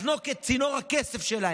לחנוק את צינור הכסף שלהם,